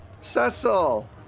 Cecil